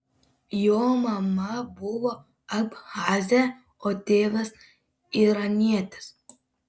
jo mama buvo abchazė o tėvas iranietis